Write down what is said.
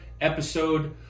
episode